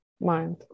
mind